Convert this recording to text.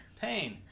Pain